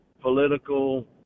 political